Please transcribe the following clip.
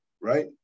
right